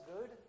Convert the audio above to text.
good